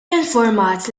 infurmat